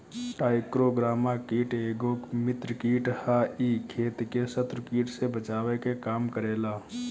trichogramma कीट एगो मित्र कीट ह इ खेत के शत्रु कीट से बचावे के काम करेला